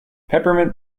peppermint